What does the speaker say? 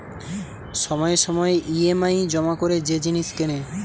সময়ে সময়ে ই.এম.আই জমা করে যে জিনিস কেনে